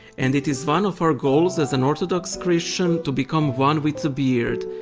and it is one of our goals as an orthodox christian to become one with the beard,